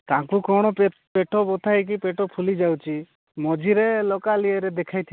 ତାଙ୍କୁ କ'ଣ ପେଟ ବଥାଇକି ପେଟ ଫୁଲିଯାଉଛି ମଝିରେ ଲୋକାଲି ଇଏରେ ଦେଖେଇଥିଲି